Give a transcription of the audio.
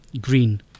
green